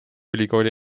ülikooli